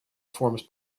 forms